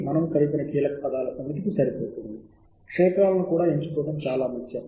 దీనికి తగిన లింకుల కోసం సబ్జెక్టు ప్రాంతాలను కూడా ఎంచుకోవాలి